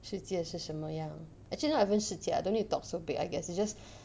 世界是什么样 actually not even 世界 lah don't need to talk so big I guess it's just